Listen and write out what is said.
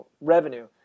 revenue